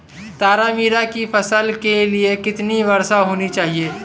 तारामीरा की फसल के लिए कितनी वर्षा होनी चाहिए?